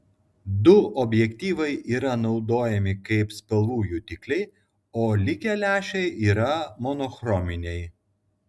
du objektyvai yra naudojami kaip spalvų jutikliai o likę lęšiai yra monochrominiai